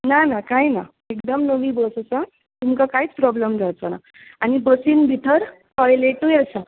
ना ना काय ना एकदम नवी बस आसा तुमकां कांयच प्रोबलम जांवचो ना आनी बसीन भितर टोयलेटूय आसा